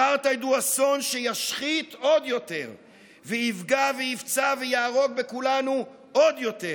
אפרטהייד הוא אסון שישחית עוד יותר ויפגע ויפצע ויהרוג בכולנו עוד יותר.